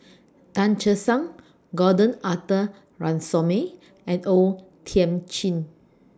Tan Che Sang Gordon Arthur Ransome and O Thiam Chin